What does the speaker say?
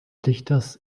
dichters